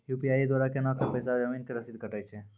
UPI के द्वारा केना कऽ पैसा जमीन के रसीद कटैय छै?